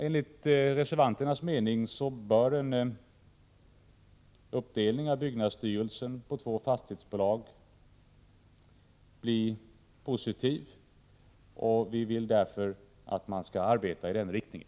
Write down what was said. Enligt reservanternas mening bör en uppdelning av byggnadsstyrelsen på två fastighetsbolag bli positiv, och vi vill därför att man skall arbeta i den riktningen.